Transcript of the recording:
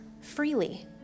freely